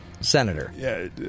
senator